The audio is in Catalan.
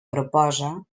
proposa